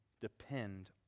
depend